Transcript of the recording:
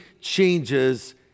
changes